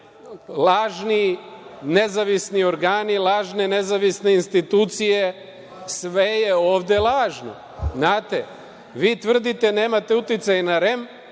lažni nezavisni organi, lažne nezavisne institucije, sve je ovde lažno. Znate, vi tvrdite nemate uticaj na REM,